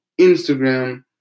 Instagram